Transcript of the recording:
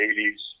80s